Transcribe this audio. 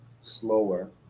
slower